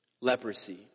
leprosy